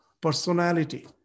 personality